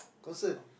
consent